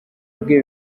bwe